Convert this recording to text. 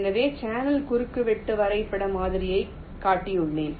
எனவே சேனல் குறுக்குவெட்டு வரைபட மாதிரியைக் காட்டியுள்ளேன்